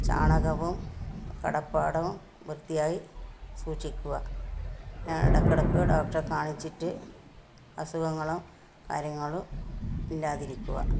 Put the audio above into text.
ചാണകവും കിടപ്പാടവും വൃത്തിയായി സൂക്ഷിക്കുക ഇടക്ക് ഇടക്ക് ഡോക്ടറെ കാണിച്ചിട്ട് അസുഖങ്ങളും കാര്യങ്ങളും ഇല്ലാതിരിക്കുക